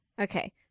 okay